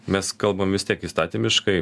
mes kalbam vis tiek įstatymiškai